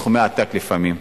בסכומי עתק לפעמים.